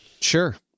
Sure